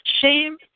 Shame